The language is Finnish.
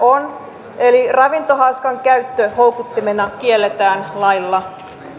on eli ravintohaaskan käyttö houkuttimena kielletään lailla